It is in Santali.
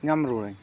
ᱧᱟᱢ ᱨᱩᱣᱟᱹᱲᱟᱹᱧ